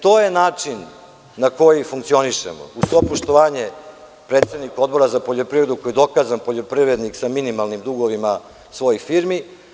To je način na koji funkcionišemo, uz svo poštovanje predsedniku Odbora za poljoprivredu koji je dokazan poljoprivrednik sa minimalnim dugovima u svojoj firmi.